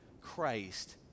Christ